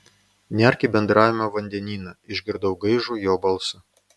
nerk į bendravimo vandenyną išgirdau gaižų jo balsą